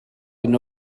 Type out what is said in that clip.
hyn